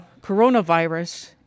coronavirus